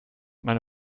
meine